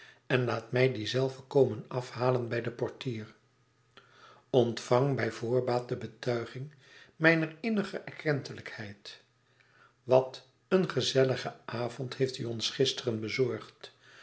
en laat mij die zelve komen afhalen bij den portier ontvang bij voorbaat de betuiging mijner innige erkentelijkheid wat een gezelligen avond heeft u ons gisteren bezorgd